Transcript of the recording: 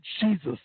Jesus